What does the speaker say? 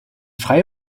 freie